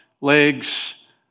legs